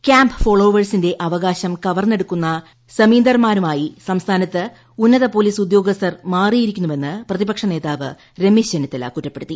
camp ഫോളോവേഴ്സിന്റെ അവകാശം കവർന്ന് എടുക്കുന്ന സമീന്ദാർമാരായി സംസ്ഥാനത്ത് ഉന്നത പോലീസ് ഉദ്യോഗസ്ഥർ മാറിയിരിക്കുന്നുവെന്ന് പ്രതിപക്ഷ നേതാവ് രമേശ് ചെന്നിത്തല കുറ്റപ്പെടുത്തി